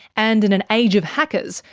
and in an age of hackers,